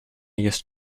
jest